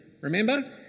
Remember